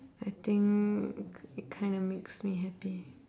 I think it kind of makes me happy